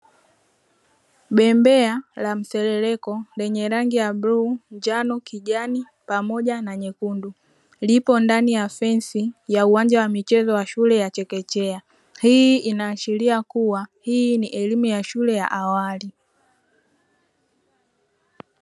Bembea la msereleko lenye rangi ya buluu, njano, kijani pamoja na nyekundu lipo ndani ya fensi ya uwanja wa michezo ya shule ya chekechea, hii inaashiria kuwa hii ni elimu ya shule ya awali.